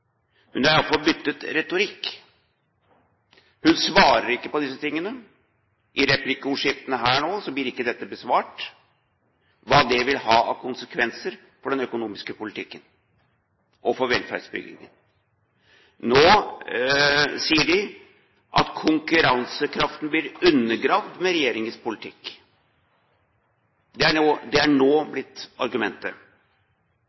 Hun har i alle fall byttet retorikk. Hun svarer ikke på disse tingene. I replikkordskiftene her nå blir ikke dette spørsmålet besvart: Hva vil det ha av konsekvenser for den økonomiske politikken og for velferdsbyggingen? Nå sier de at konkurransekraften blir undergravd med regjeringens politikk. Det er nå